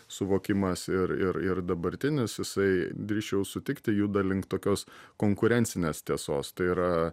suvokimas ir ir ir dabartinis jisai drįsčiau sutikti juda link tokios konkurencinės tiesos tai yra